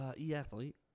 e-athlete